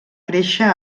créixer